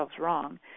wrong